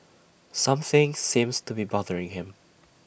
something seems to be bothering him